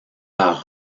par